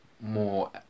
more